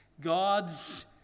God's